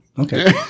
Okay